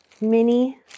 mini